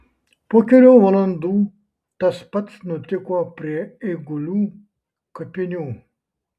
po kelių valandų tas pats nutiko prie eigulių kapinių